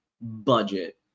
budget